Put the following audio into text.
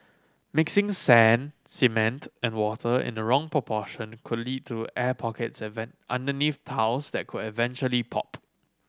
mixing sand cement and water in the wrong proportion could lead to air pockets underneath tiles that could eventually pop